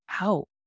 out